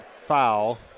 foul